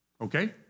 Okay